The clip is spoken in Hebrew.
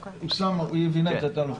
אוסאמה, היא הבינה את הטעות.